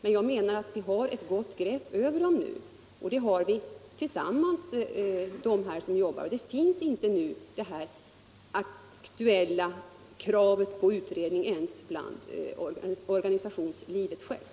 men jag menar att vi har ett gott grepp över dem nu, och det har vi tillsammans med dem som jobbar på detta område. Det här aktuella kravet på utredning framförs inte ens inom organisationslivet självt.